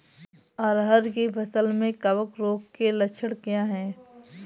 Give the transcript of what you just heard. अरहर की फसल में कवक रोग के लक्षण क्या है?